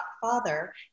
father